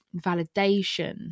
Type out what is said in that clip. validation